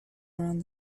around